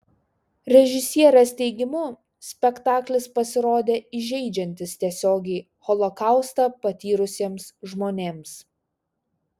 režisierės teigimu spektaklis pasirodė įžeidžiantis tiesiogiai holokaustą patyrusiems žmonėms